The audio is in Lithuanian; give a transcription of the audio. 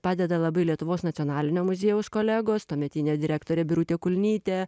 padeda labai lietuvos nacionalinio muziejaus kolegos tuometinė direktorė birutė kulnytė